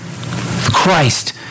Christ